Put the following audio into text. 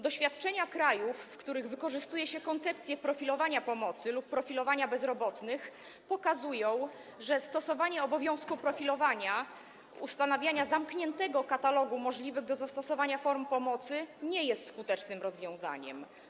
Doświadczenia krajów, w których wykorzystuje się koncepcję profilowania pomocy lub profilowania bezrobotnych, pokazują, że stosowanie obowiązku profilowania i ustanawianie zamkniętego katalogu możliwych do zastosowania form pomocy nie jest skutecznym rozwiązaniem.